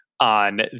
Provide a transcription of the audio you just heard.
on